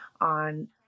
on